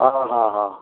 ହଁ ହଁ ହଁ